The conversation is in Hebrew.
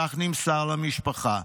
כך נמסר למשפחה.